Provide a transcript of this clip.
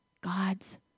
God's